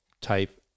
type